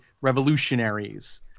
revolutionaries